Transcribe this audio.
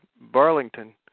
Burlington